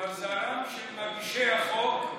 למזלם של מגישי החוק,